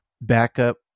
backup